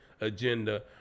agenda